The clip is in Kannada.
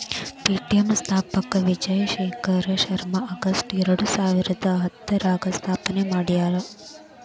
ಪೆ.ಟಿ.ಎಂ ಸ್ಥಾಪಕ ವಿಜಯ್ ಶೇಖರ್ ಶರ್ಮಾ ಆಗಸ್ಟ್ ಎರಡಸಾವಿರದ ಹತ್ತರಾಗ ಸ್ಥಾಪನೆ ಮಾಡ್ಯಾರ